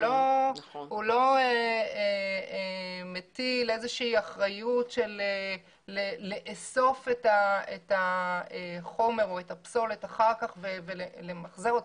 הוא לא מטיל אחריות לאסוף את הפסולת אחר כך ולמחזר אותה.